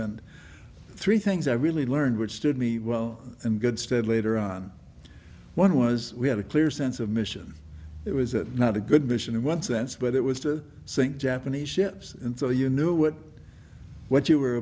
and three things i really learned which stood me well and good stead later on one was we had a clear sense of mission it was not a good vision in one sense but it was the same japanese ships and so you knew what what you were